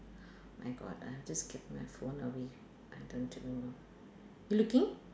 my god I just kept my phone away I don't even know you looking